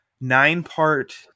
nine-part